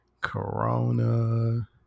Corona